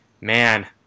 Man